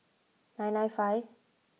nine nine five